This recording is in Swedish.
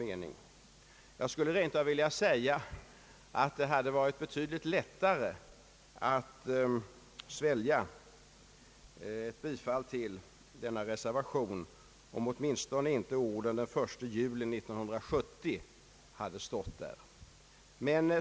Med en sådan ordning finns — som utskottet också påpekar — mindre fog för att uppfatta barnavårdsinstitutionen som en diskriminerande kontroll av ogifta mödrars sätt att sköta sina barn.